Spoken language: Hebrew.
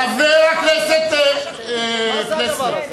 חבר הכנסת פלסנר.